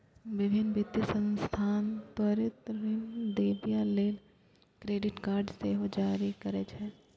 विभिन्न वित्तीय संस्थान त्वरित ऋण देबय लेल क्रेडिट कार्ड सेहो जारी करै छै